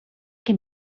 can